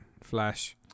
Flash